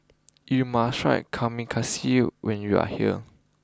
you must try Kamameshi when you are here